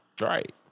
Right